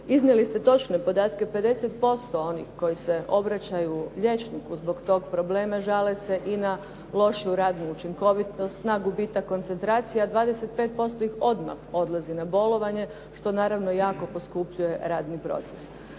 iznijeli ste točno podatke, 50% onih koji se obraćaju liječniku zbog tog problema žale se i na lošiju radnu učinkovitost, na gubitak koncentracije a 25% ih odmah odlazi na bolovanje, što naravno jako poskupljuje radni proces.